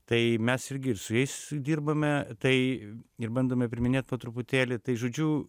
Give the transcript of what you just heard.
tai mes irgi ir su jais dirbame tai ir bandome priiminėt po truputėlį tai žodžiu